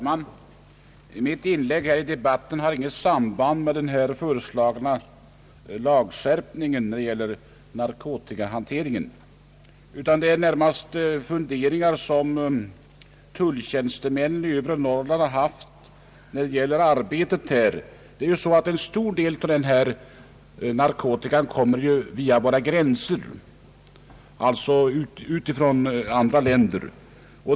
Herr talman! Mitt inlägg i debatten har inget samband med den föreslagna straffskärpningen för narkotikahanteringen, utan det är närmast funderingar som tulltjänstemän i övre Norrland har haft när det gäller deras arbete. En stor del av narkotikan kommer ju via våra gränser, alltså från andra länder.